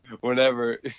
whenever